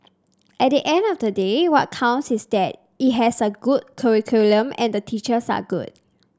at the end of the day what counts is that it has a good curriculum and the teachers are good